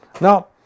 Now